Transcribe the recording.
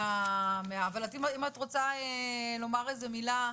אבל אם את רוצה לומר איזה מילה?